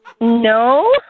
No